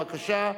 בבקשה.